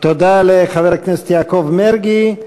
תודה לחבר הכנסת יעקב מרגי.